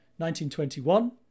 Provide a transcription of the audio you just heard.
1921